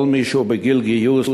כל מי שהוא בגיל גיוס,